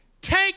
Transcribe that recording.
take